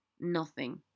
Nothing